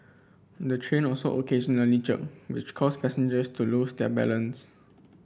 the train also occasionally jerked which caused passengers to lose their balance